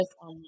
on